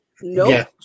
No